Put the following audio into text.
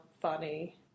funny